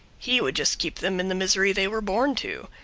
he would just keep them in the misery they were born to.